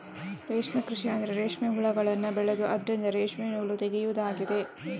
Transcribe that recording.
ರೇಷ್ಮೆ ಕೃಷಿ ಅಂದ್ರೆ ರೇಷ್ಮೆ ಹುಳಗಳನ್ನ ಬೆಳೆದು ಅದ್ರಿಂದ ರೇಷ್ಮೆ ನೂಲು ತೆಗೆಯುದಾಗಿದೆ